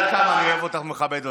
את יודעת כמה אני אוהב אותך ומכבד אותך,